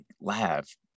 laugh